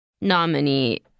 nominee